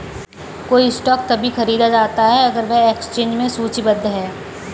कोई स्टॉक तभी खरीदा जाता है अगर वह एक्सचेंज में सूचीबद्ध है